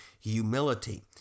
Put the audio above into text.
humility